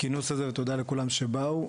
הכינוס הזה, ותודה לכולם שבאו.